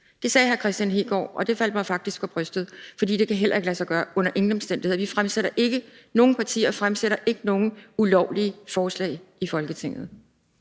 Det sagde hr. Kristian Hegaard, og det faldt mig faktisk for brystet, for det kan heller ikke under nogen omstændigheder lade sig gøre. Ikke nogen partier fremsætter ulovlige forslag i Folketinget.